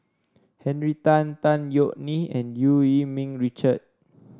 Henry Tan Tan Yeok Nee and Eu Yee Ming Richard